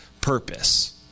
purpose